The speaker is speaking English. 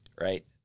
right